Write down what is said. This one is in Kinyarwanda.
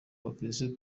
bakristo